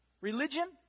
Religion